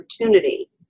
opportunity